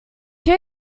too